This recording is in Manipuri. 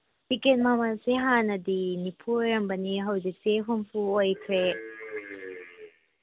ꯇꯤꯀꯦꯠ ꯃꯃꯜꯁꯤ ꯍꯥꯟꯅꯗꯤ ꯅꯤꯐꯨ ꯑꯣꯏꯔꯝꯕꯅꯤ ꯍꯧꯖꯤꯛꯁꯤ ꯍꯨꯝꯐꯨ ꯑꯣꯏꯈ꯭ꯔꯦ